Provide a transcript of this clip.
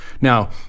Now